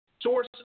source